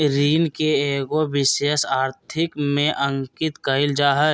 ऋण के एगो विशेष आर्थिक में अंकित कइल जा हइ